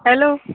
hello